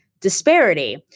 disparity